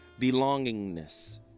belongingness